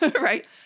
right